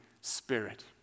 Spirit